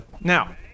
Now